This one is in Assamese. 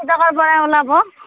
পৰা ওলাব